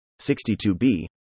62B